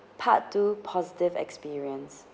part two positive experience